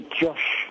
Josh